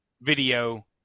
video